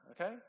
okay